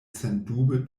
sendube